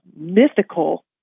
mythical